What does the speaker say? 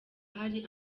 hari